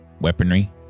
weaponry